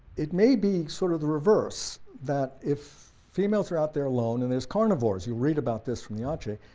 it may be sort of the reverse, that if females are out there alone and there's carnivores, you read about this from the ah